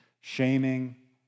shaming